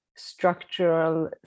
structural